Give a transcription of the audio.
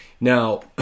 Now